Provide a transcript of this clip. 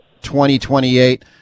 2028